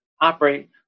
operate